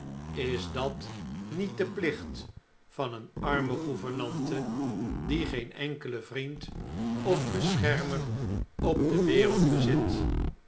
is dat niet de plicht van een arme gouvernante die geen enkelen vriend of beschermer op de wereld bezit